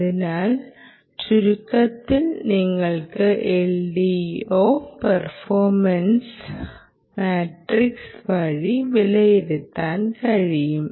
അതിനാൽ ചുരുക്കത്തിൽ നിങ്ങൾക്ക് LDO പെർഫോർമെൻസ് മാട്രിക്സ് വഴി വിലയിരുത്താൻ കഴിയും